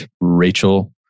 Rachel